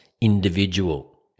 individual